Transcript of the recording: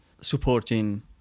supporting